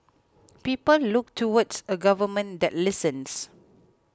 people look towards a government that listens